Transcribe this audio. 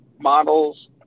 models